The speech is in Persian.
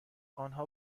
آنها